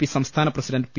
P സംസ്ഥാന president P